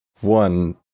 one